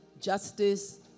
justice